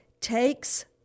takes